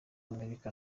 amerika